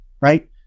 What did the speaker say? right